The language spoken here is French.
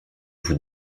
vous